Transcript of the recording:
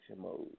mode